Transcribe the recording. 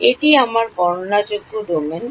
এটি আমার গণনাযোগ্য ডোমেন